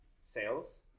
sales